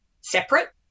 separate